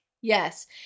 Yes